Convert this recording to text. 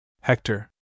Hector